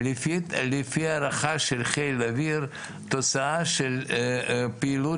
לפי הערכה של חיל האוויר תוצאה של פעילות